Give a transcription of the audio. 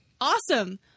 Awesome